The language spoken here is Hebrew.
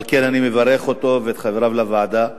על כן אני מברך אותו ואת חבריו לוועדה.